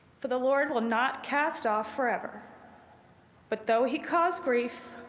for the lord will not cast off forever but though he caused grief,